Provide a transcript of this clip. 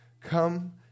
Come